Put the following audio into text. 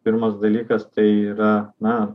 pirmas dalykas tai yra na